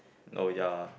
oh ya